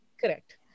Correct